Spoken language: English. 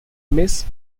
miss